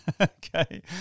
Okay